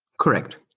correct.